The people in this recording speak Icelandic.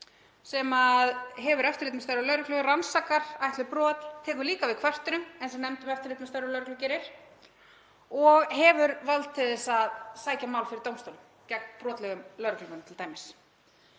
sem hefur eftirlit með störfum lögreglu, rannsakar ætluð brot, tekur líka við kvörtunum, eins og nefnd um eftirlit með störfum lögreglu gerir, og hefur vald til þess að sækja mál fyrir dómstólum gegn brotlegum lögreglumönnum t.d.